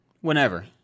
whenever